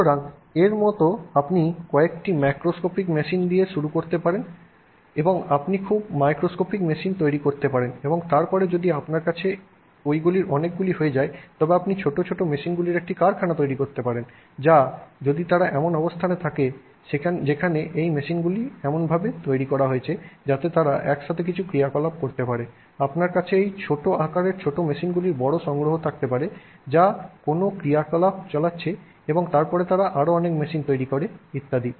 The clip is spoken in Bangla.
সুতরাং এর মতো আপনি কয়েকটি ম্যাক্রোস্কোপিক মেশিন দিয়ে শুরু করতে পারেন আপনি খুব মাইক্রোস্কোপিক মেশিন তৈরি করতে পারেন এবং তারপরে যদি আপনার কাছে ওইগুলির অনেকগুলি হয়ে যায় তবে আপনি ছোট ছোট মেশিনগুলির একটি কারখানা তৈরি করতে পারেন যা যদি তারা এমন অবস্থানে থাকে যেখানে সেই মেশিনগুলি এমনভাবে তৈরি করা হয়েছে যাতে তারা একসাথে কিছু ক্রিয়াকলাপ করতে পারে আপনার কাছে এই ছোট আকারের ছোট মেশিনগুলির বড় সংগ্রহ থাকতে পারে যা কোনো কিছু ক্রিয়াকলাপ চালাচ্ছে এবং তারপরে তারা আরও অনেক মেশিন তৈরি করে ইত্যাদি